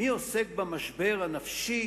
מי עוסק במשבר הנפשי,